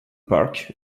park